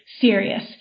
serious